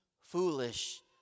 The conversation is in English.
foolish